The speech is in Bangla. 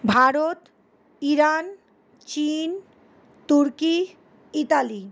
ভারত ইরান চীন তুর্কি ইতালি